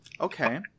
Okay